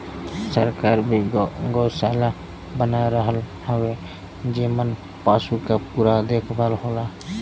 सरकार भी गौसाला बना रहल हउवे जेमन पसु क पूरा देखभाल होला